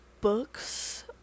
books